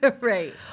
Right